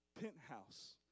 penthouse